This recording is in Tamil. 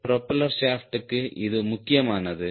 ப்ரொபெல்லர் ஷாப்டுக்கு இது முக்கியமானது